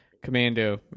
Commando